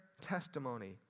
testimony